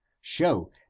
show